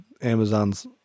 Amazon's